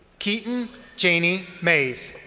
keaton janie mays.